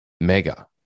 mega